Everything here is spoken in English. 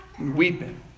weeping